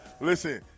Listen